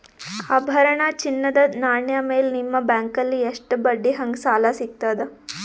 ಆಭರಣ, ಚಿನ್ನದ ನಾಣ್ಯ ಮೇಲ್ ನಿಮ್ಮ ಬ್ಯಾಂಕಲ್ಲಿ ಎಷ್ಟ ಬಡ್ಡಿ ಹಂಗ ಸಾಲ ಸಿಗತದ?